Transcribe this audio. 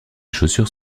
chaussures